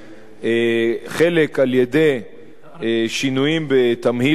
חלק על-ידי שינויים בתמהיל המסים,